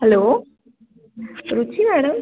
hello Ruchi madam